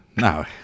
no